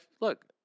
look